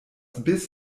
biss